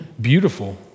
beautiful